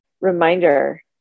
reminder